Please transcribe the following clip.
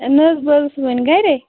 نہ حظ بہٕ حظ ٲسٕس وۄنۍ گرے